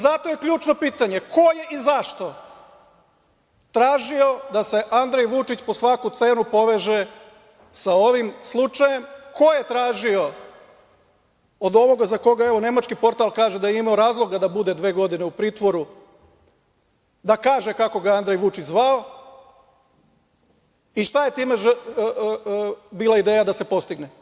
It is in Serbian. Zato je ključno pitanje - ko je i zašto tražio da se Andrej Vučić po svaku cenu poveže sa ovim slučajem, ko je tražio od ovoga za koga evo nemački portal kaže da je imao razloga da bude dve godine u pritvoru, da kaže kako ga je Andrej Vučić zvao, i šta je time bila ideja da se postigne?